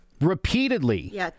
repeatedly